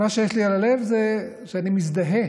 מה שיש לי על הלב זה שאני מזדהה